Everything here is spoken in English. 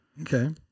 Okay